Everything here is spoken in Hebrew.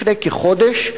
לפני כחודש,